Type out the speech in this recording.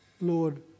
Lord